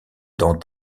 dans